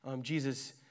Jesus